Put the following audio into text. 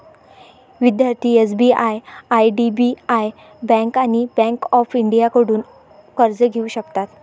विद्यार्थी SBI IDBI bank आणि bank of इंडियाकडून कर्ज घेऊ शकतात